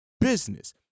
business